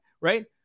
right